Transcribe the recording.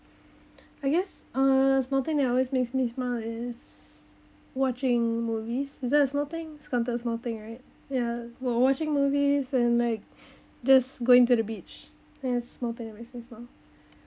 I guess a small thing that always makes me smile is watching movies is that a small things is counted small thing right ya well watching movies and like just going to the beach that's small things that makes me smile